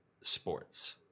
sports